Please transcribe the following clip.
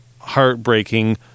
heartbreaking